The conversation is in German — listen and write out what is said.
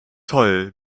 toll